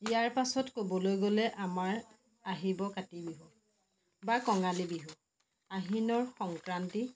ইয়াৰ পাছত ক'বলৈ গ'লে আমাৰ আহিব কাতি বিহু বা কঙালী বিহু আহিনৰ সংক্ৰান্তি